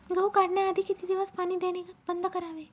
गहू काढण्याआधी किती दिवस पाणी देणे बंद करावे?